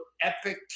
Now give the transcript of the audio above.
epic